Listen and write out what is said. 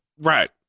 Right